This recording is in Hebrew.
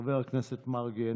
חבר הכנסת מרגי,